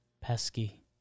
Pesky